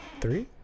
Three